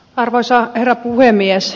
arvoisa herra puhemies